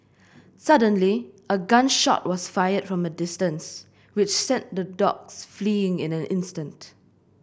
suddenly a gun shot was fired from a distance which sent the dogs fleeing in an instant